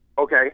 okay